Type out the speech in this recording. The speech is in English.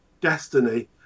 destiny